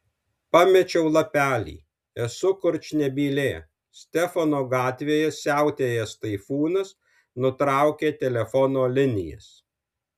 pamečiau lapelį esu kurčnebylė stefano gatvėje siautėjęs taifūnas nutraukė telefono linijas